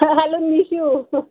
hello Nishu